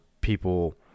people